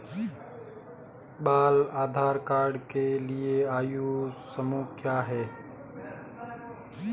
बाल आधार कार्ड के लिए आयु समूह क्या है?